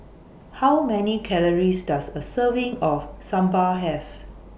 How Many Calories Does A Serving of Sambar Have